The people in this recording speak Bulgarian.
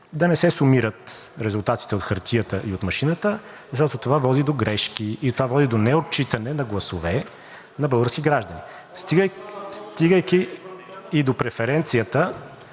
да не се сумират резултатите от хартията и от машината, защото това води до грешки и това води до неотчитане на гласове на български граждани. (Шум и реплики